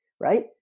right